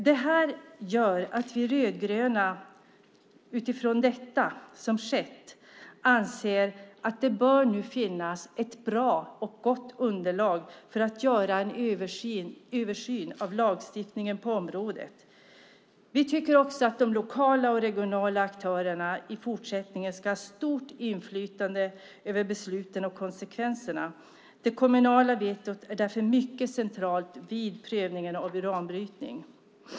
Det gör att vi rödgröna anser att det bör finnas ett gott underlag för att göra en översyn av lagstiftningen på området. Vi tycker också att regionala och lokala aktörer i fortsättningen ska ha stort inflytande över besluten och konsekvenserna. Det kommunala vetot är därför mycket centralt vid prövning av uranbrytning.